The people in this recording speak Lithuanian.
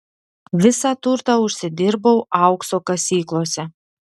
visą turtą užsidirbau aukso kasyklose